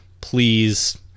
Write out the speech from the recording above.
please